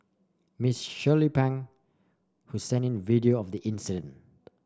Miss Shirley Pang who sent in video of the incident